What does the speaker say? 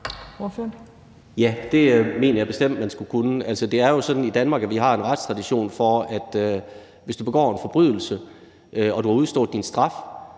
Ja, det mener jeg bestemt man skal kunne. Altså, det er jo sådan i Danmark, at vi har en retstradition for, at hvis du begår en forbrydelse og du har udstået din straf,